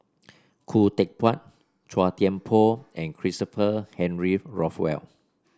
Khoo Teck Puat Chua Thian Poh and Christopher Henry Rothwell